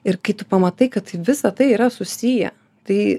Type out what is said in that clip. ir kai tu pamatai kad visa tai yra susiję tai